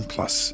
Plus